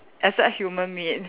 except human meat